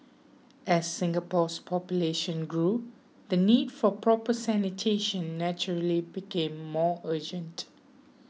as Singapore's population grew the need for proper sanitation naturally became more urgent